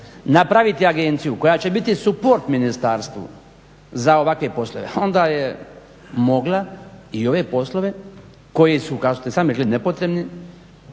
napraviti agenciju koja će biti suport ministarstvu za ovakve poslove onda je mogla i ove poslove koji su kao što ste i sami rekli nepotrebni,